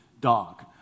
dog